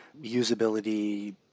usability